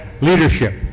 leadership